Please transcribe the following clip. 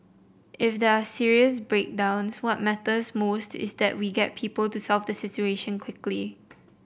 if there are serious breakdowns what matters most is that we get people to solve the situation quickly